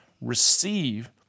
receive